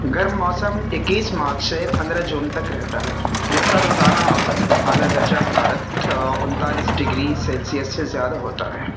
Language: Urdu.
گرم موسم اکیس مارچ سے پندرہ جون تک رہتا ہے جس کا روزانہ اوسط اعلیٰ درجہ حرارت انتالیس ڈگری سیلسیئس سے زیادہ ہوتا ہے